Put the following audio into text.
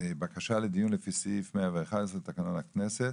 בקשה לדיון לפי סעיף 111(ה) לתקנון הכנסת